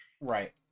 Right